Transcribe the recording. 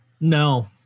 No